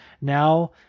Now